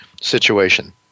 situation